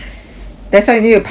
that's why you need to prioritise